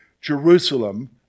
Jerusalem